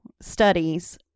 studies